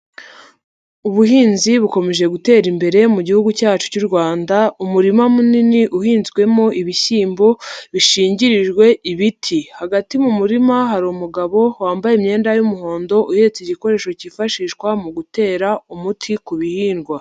Ubuhinzi bukomeje gutera imbere mu gihugu cyacu cy'u Rwanda, umurima munini uhinzwemo ibishyimbo, bishingirijwe ibiti, hagati mu murima hari umugabo wambaye imyenda y'umuhondo, uhetse igikoresho cyifashishwa mu gutera umuti ku bihingwa.